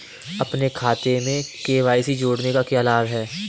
अपने खाते में के.वाई.सी जोड़ने का क्या लाभ है?